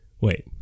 wait